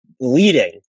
leading